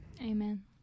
Amen